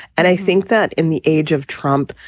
and i think that in the age of trump,